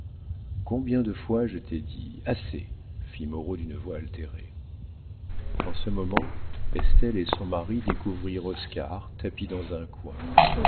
combien de fois je t'ai dit assez fit moreau d'une voix altérée en ce moment estelle et son mari découvrirent oscar tapi dans un coin